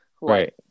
Right